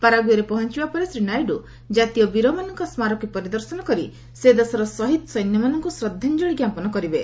ପାରାଗୁଏରେ ପହଞ୍ଚବା ପରେ ଶ୍ରୀ ନାଇଡୁ ଜାତୀୟ ବୀରମାନଙ୍କ ସ୍କାରକୀ ପରିଦର୍ଶନ କରି ସେ ଦେଶର ଶହୀଦ ସୈନ୍ୟମାନଙ୍କୁ ଶ୍ରଦ୍ଧାଞ୍ଜଳି ଜ୍ଞାପନ କରିବେ